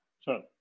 Sure